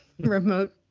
remote